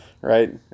right